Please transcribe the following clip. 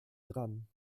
dran